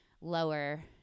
lower